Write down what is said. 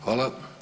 Hvala.